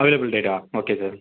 available data okay sir